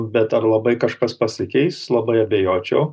bet ar labai kažkas pasikeis labai abejočiau